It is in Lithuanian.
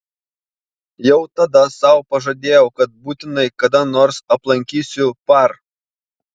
jau tada sau pažadėjau kad būtinai kada nors aplankysiu par